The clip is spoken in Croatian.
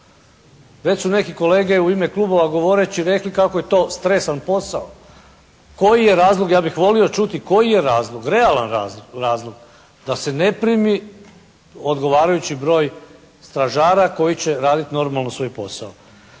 Već su neki kolege u ime klubova govoreći rekli kako je to stresan posao. Koji je razlog, ja bih volio čuti, koji je razlog, realan razlog da se ne primi odgovarajući broj stražara koji će raditi normalno svoj posao?